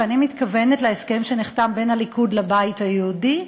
ואני מתכוונת להסכם שנחתם בין הליכוד לבית היהודי.